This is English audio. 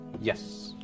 Yes